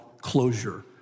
closure